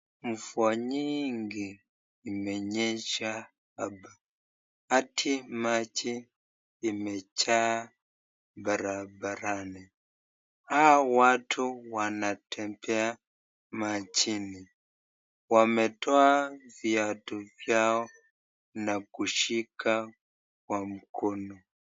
Mvua nyingi imenyesha hapa hadi maji imejaa barabarani. Hawa watu wanatembea majini, wametoa viatu vyao na kushika kwa mkono.